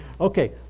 Okay